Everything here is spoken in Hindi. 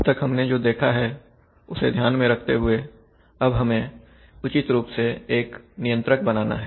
शुभ दोपहरअब तक जो हमने देखा है उसे ध्यान में रखते हुए अब हमें उचित रूप से एक नियंत्रक बनाना है